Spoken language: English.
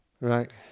Right